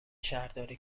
شهرداری